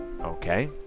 okay